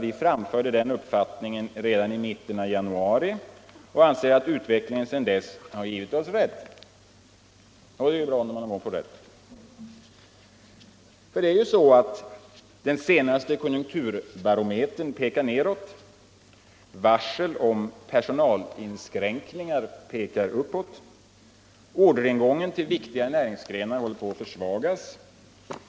Vi framförde den uppfattningen redan i mitten av januari, och vi anser att utvecklingen sedan dess har givit oss rätt. Det är ju bra när man någon gång får rätt. Den senaste konjunkturbarometern pekar nedåt. Antalet varsel om personalinskränkningar pekar uppåt. Orderingången till viktiga näringsgrenar håller på att försvagas.